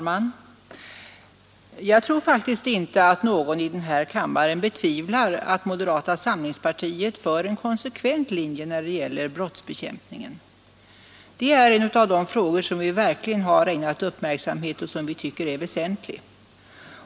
Herr talman! Jag tror inte att någon i denna kammare betvivlar att moderata samlingspartiet har en konsekvent linje när det gäller brottsbekämpningen. Det är en av de frågor som vi verkligen har ägnat stor uppmärksamhet och som vi tycker är väsentlig.